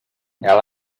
ela